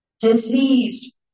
diseased